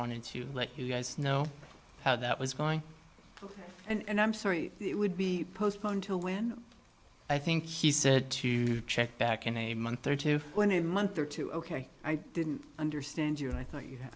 wanted to let us know how that was going and i'm sorry it would be postponed to when i think he said to check back in a month or two when a month or two ok i didn't understand you and i thought you